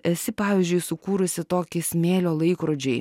esi pavyzdžiui sukūrusi tokį smėlio laikrodžiai